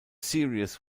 series